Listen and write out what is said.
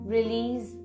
Release